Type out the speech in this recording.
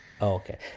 Okay